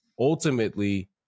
Ultimately